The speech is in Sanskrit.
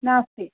नास्ति